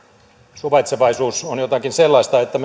suvaitsevaisuus on jotakin sellaista että